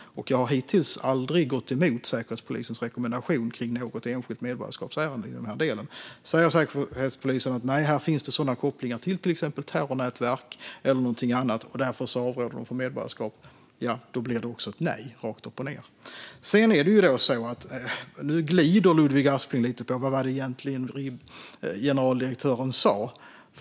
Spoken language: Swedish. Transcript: Jag har hittills aldrig gått emot Säkerhetspolisens rekommendation i något enskilt medborgarskapsärende i den här delen. Om Säkerhetspolisen säger att det finns kopplingar till exempelvis terrornätverk och därför avråder från medborgarskap blir det ett nej rakt upp och ned. Ludvig Aspling glider lite på vad det egentligen var som generaldirektören sa.